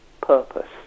purpose